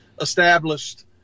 established